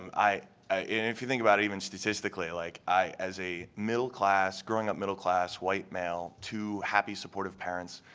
ah and if you think about it, even statistically, like i as a middle class, growing up middle class, white male, two happy supportive parents,